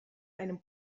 einem